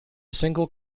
single